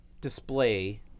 display